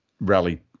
rally